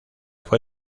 fue